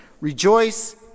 rejoice